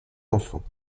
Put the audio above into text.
enfants